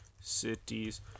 Cities